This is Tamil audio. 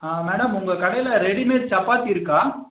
ஆ மேடம் உங்கள் கடையில ரெடிமேட் சப்பாத்தி இருக்கா